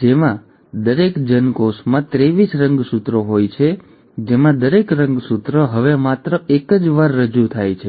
જેમાં દરેક જનકોષમાં ત્રેવીસ રંગસૂત્રો હોય છે જેમાં દરેક રંગસૂત્ર હવે માત્ર એક જ વાર રજૂ થાય છે